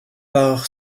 par